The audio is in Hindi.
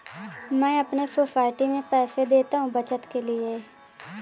मैं अपने सोसाइटी में पैसे देता हूं बचत के लिए